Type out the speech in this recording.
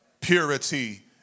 purity